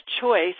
choice